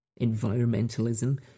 environmentalism